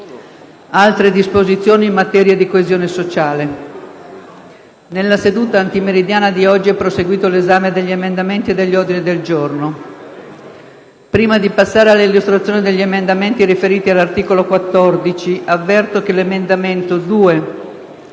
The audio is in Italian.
altre disposizioni in materia di coesione sociale,